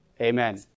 amen